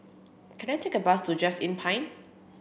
can I take a bus to Just Inn Pine